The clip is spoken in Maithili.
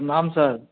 प्रणाम सर